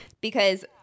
because-